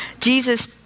Jesus